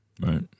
right